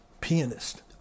pianist